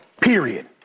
period